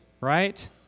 right